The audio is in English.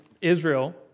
Israel